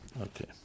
Okay